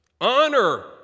Honor